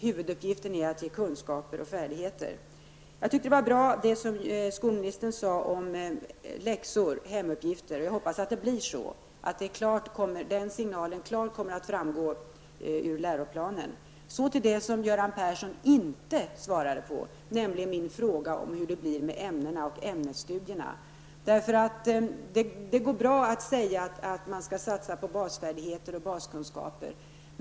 Huvuduppgiften är att ge kunskaper och färdigheter. Det som skolministern sade om läxor, hemuppgifter, var bra. Jag hoppas att signalerna klart kommer att framgå av läroplanen. Så till det som Göran Persson inte svarade på, nämligen min fråga om hur det blir med ämnena och ämnesstudierna. Det går bra att säga att man skall satsa på basfärdigheterna och baskunskaperna.